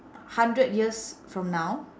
hundred years from now